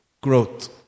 growth